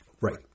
Right